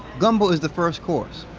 gumbo is the first course.